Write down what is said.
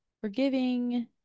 forgiving